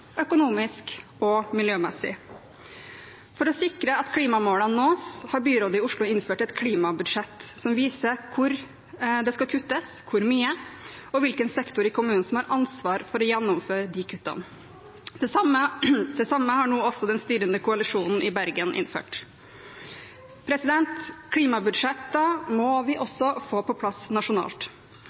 økonomisk og miljømessig. For å sikre at klimamålene nås, har byrådet i Oslo innført et klimabudsjett som viser hvor det skal kuttes, hvor mye og hvilken sektor i kommunen som har ansvaret for å gjennomføre kuttene. Det samme har nå også den styrende koalisjonen i Bergen innført. Klimabudsjetter må vi også få på plass nasjonalt.